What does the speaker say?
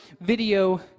video